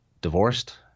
divorced